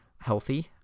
healthy